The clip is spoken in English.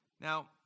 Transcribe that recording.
Now